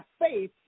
faith